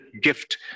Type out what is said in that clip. gift